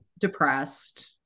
depressed